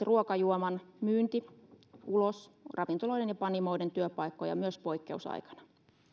ruokajuoman myynti ulos turvaisi ravintoloiden ja panimoiden työpaikkoja myös poikkeusaikana